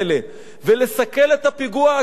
ולא להקים רשות חירום לאחר מכן,